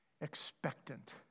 expectant